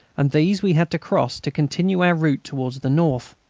and these we had to cross to continue our route towards the north.